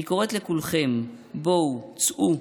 אני קוראת לכולכם: בואו, צאו.